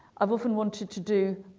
i've often wanted to do